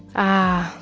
ah,